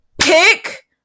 Pick